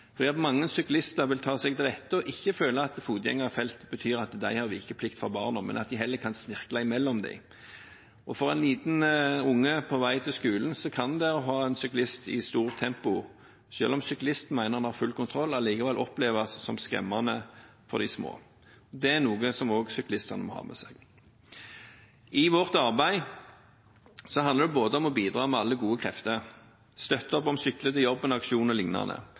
mange syklister vil ta seg til rette og ikke føle at fotgjengerfelt betyr at de har vikeplikt for barna, men at de heller kan snirkle seg imellom dem. Og for en liten unge på vei til skolen så kan det å ha en syklist i stort tempo, selv om syklisten mener han har full kontroll, likevel oppleves som skremmende for de små. Det er noe som også syklistene må ha med seg. I vårt arbeid handler det om å bidra med alle gode krefter, å støtte opp om Sykle til jobben-aksjonen og lignende, men det handler også om å sikre at de